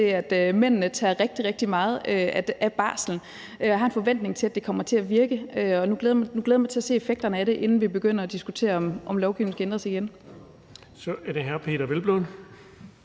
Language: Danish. til, at mændene tager rigtig, rigtig meget af barslen. Jeg har en forventning om, at det kommer til at virke, og nu glæder jeg mig til at se effekterne af det, inden vi begynder at diskutere, om lovgivningen skal ændres igen. Kl. 18:06 Den fg.